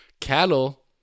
Cattle